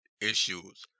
issues